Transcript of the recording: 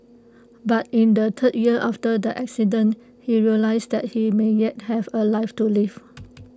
but in the third year after the accident he realised that he may yet have A life to live